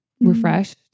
refreshed